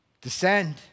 descend